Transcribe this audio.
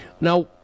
Now